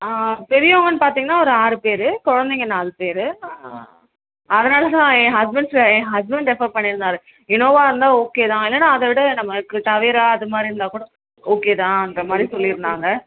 ஆ பெரியவங்கன்னு பார்த்தீங்கன்னா ஒரு ஆறு பேர் குழந்தைங்க நாலு பேர் அதனால தான் என் ஹஸ்பண்ட்ஸு என் ஹஸ்பண்ட் ரெஃபர் பண்ணிருந்தார் இனோவா இருந்தால் ஓகே தான் இல்லைன்னா அதை விட நமக்கு டவேரா அதுமாதிரி இருந்தால் கூட ஓகேதான்ற மாரி சொல்லிருந்தாங்க